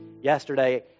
Yesterday